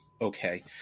okay